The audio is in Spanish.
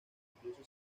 incluso